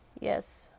Yes